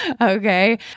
okay